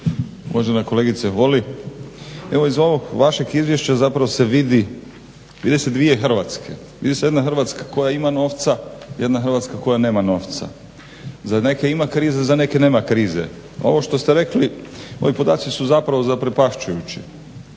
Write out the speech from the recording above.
Uvažena kolegice Holy evo iz ovog vašeg izvješća zapravo se vidi, vide se dvije Hrvatske. Vidi se jedna Hrvatska koja ima novca i jedna Hrvatska koja nema novca. Za neke ima krize, za neke nema krize. Ovo što ste rekli, ovi podaci su zapravo zaprepašćujući,